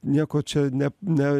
nieko čia ne ne